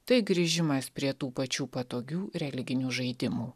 tai grįžimas prie tų pačių patogių religinių žaidimų